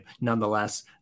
Nonetheless